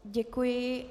Děkuji.